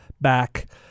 back